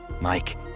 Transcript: Mike